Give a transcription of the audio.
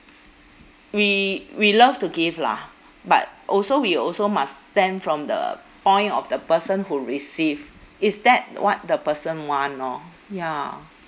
we we love to give lah but also we also must stand from the point of the person who receive is that what the person want lor ya